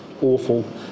awful